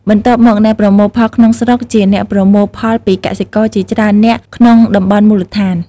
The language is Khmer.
បន្ទាប់មក អ្នកប្រមូលផលក្នុងស្រុក ជាអ្នកប្រមូលផលិផលពីកសិករជាច្រើននាក់ក្នុងតំបន់មូលដ្ឋាន។